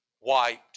wiped